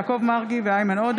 יעקב מרגי ואיימן עודה